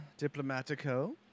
Diplomatico